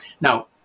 Now